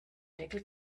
deckel